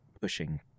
pushing